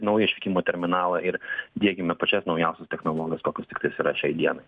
naują išvykimo terminalą ir diegiame pačias naujausias technologijas kokios tiktais yra šiai dienai